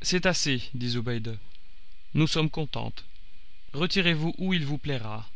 c'est assez dit zobéide nous sommes contentes retirez-vous où il vous plaira